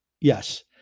Yes